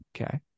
Okay